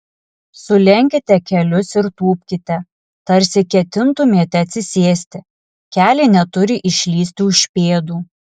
sulenkite kelius ir tūpkite tarsi ketintumėte atsisėsti keliai neturi išlįsti už pėdų